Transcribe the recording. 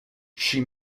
she